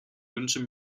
wünsche